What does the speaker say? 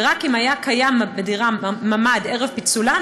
ורק אם היה קיים בדירה ממ"ד ערב פיצולה,